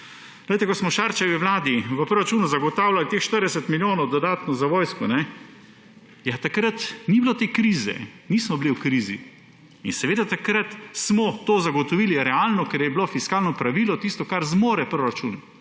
Ko smo v Šarčevi vladi v proračunu zagotavljali teh 40 milijonov dodatno za vojsko, takrat ni bilo te krize, nismo bili v krizi. In seveda takrat smo to zagotovili realno, ker je bilo fiskalno pravilo tisto, kar zmore proračun,